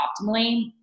optimally